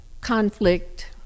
conflict